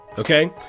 Okay